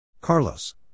Carlos